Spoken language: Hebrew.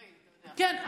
כן.